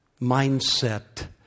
mindset